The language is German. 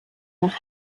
nach